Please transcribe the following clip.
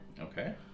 Okay